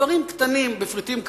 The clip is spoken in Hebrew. בדברים קטנים, בפריטים כאלה,